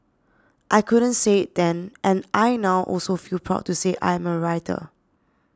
I couldn't say it then and I now also feel proud to say I am a writer